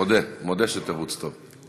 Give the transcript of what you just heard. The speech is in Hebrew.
מודה, מודה שתירוץ טוב.